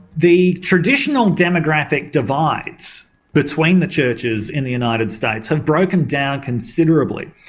the traditional demographic divides between the churches in the united states have broken down considerably.